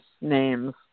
names